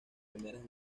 primeras